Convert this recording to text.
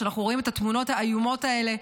שאנחנו רואים את התמונות האיומות האלה?